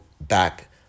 back